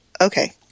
Okay